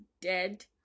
dead